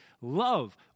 love